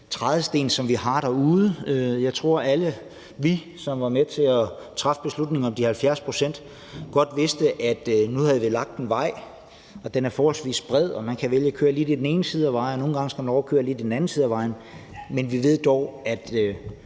trædesten, som vi har lagt. Jeg tror, at alle os, der var med til at træffe beslutningen om de 70 pct., godt vidste, at vi havde vist en vej, som er forholdsvis bred, hvor man kan vælge at køre lidt i den ene side af vejen, men andre gange skal man over og køre lidt i den anden side af vejen, men vi ved dog, at